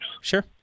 Sure